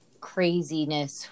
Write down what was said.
craziness